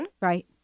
Right